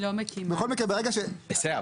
בכל מקרה, ברירת המחדל אומרת --- בסדר.